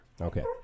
Okay